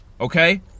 Okay